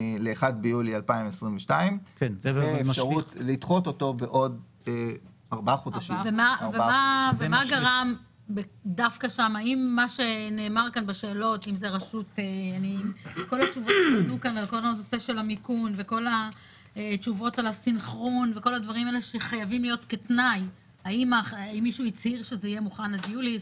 ל-1 ביולי 2022. האם מישהו הצהיר שזה יהיה מוכן עד יולי?